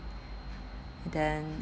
then